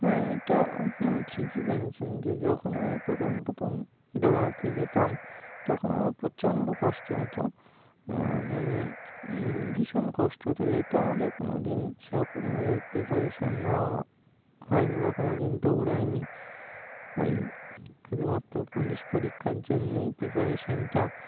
হ্যাঁ এটা আপনারা ঠিকই বলেছেন যে যখন আমি প্রথম প্রথম দৌড়াতে যেতাম তখন আমার প্রচণ্ড কষ্ট হতো মানে ভীষণ কষ্ট হতো যেহেতু আমাদের কোনো দিন সেরকমভাবে প্রিপারেশান নেওয়া হয়নি বা কোনো দিন দৌড়ায়নি ওই শুধুমাত্র পুলিশ পরীক্ষার জন্যই প্রিপারেশানটা